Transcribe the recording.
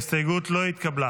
ההסתייגות לא התקבלה.